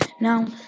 Now